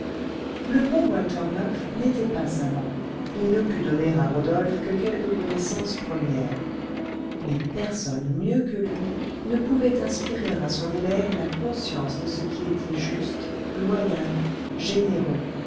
le bon walter murph n'était pas savant il ne put donner à rodolphe que quelques connaissances premières mais personne mieux que lui ne pouvait inspirer à son élève la conscience de ce qui était juste loyal généreux